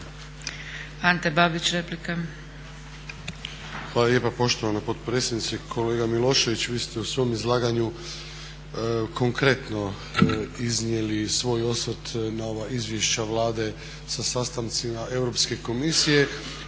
Ante Babić, replika.